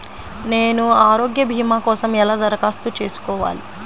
నేను ఆరోగ్య భీమా కోసం ఎలా దరఖాస్తు చేసుకోవాలి?